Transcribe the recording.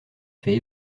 fait